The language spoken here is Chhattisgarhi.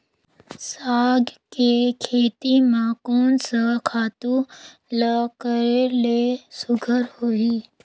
साग के खेती म कोन स खातु ल करेले सुघ्घर होही?